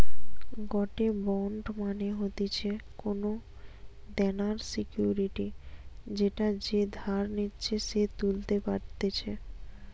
গটে বন্ড মানে হতিছে কোনো দেনার সিকুইরিটি যেটা যে ধার নিচ্ছে সে তুলতে পারতেছে